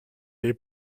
est